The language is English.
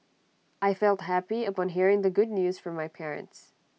I felt happy upon hearing the good news from my parents